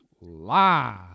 lie